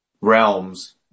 realms